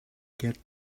get